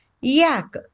Yak